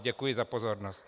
Děkuji za pozornost.